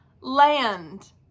land